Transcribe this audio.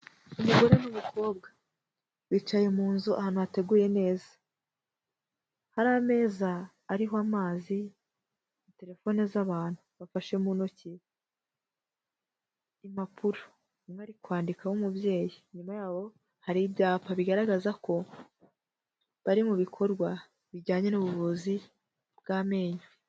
Umugore n'umukobwa bicaye mu nzu ahantu hateguye neza, hari ameza ariho amazi na telefoni z'abantu, bafashe mu ntoki impapuro bari kwandikaho umubyeyi. Inyuma yaho hari ibyapa bigaragaza ko bari mu bikorwa bijyanye n'ubuvuzi bw'amenyo.